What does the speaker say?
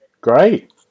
Great